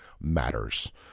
matters